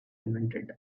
invented